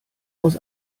aus